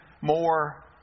more